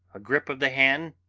a grip of the hand,